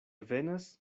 venas